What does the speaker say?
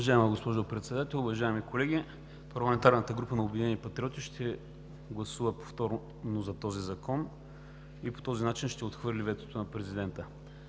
Уважаема госпожо Председател, уважаеми колеги! Парламентарната група на „Обединени патриоти“ ще гласува повторно за този закон и по този начин ще отхвърли ветото на президента.